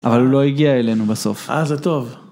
אבל הוא לא הגיע אלינו בסוף. אה, זה טוב.